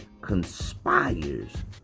conspires